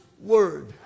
word